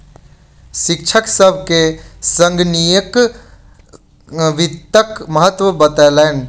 शिक्षक सभ के संगणकीय वित्तक महत्त्व बतौलैन